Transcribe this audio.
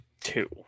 two